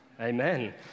Amen